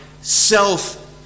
self